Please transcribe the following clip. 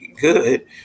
good